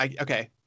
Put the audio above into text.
Okay